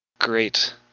great